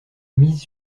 mise